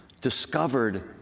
discovered